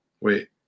wait